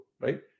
right